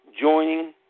joining